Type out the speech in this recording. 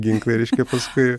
ginklai reiškia paskui